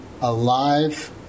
alive